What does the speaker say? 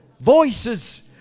voices